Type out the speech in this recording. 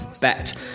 Bet